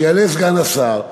שיעלה סגן השר,